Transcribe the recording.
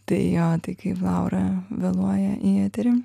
tai jo tai kai laura vėluoja į eterį